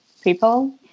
people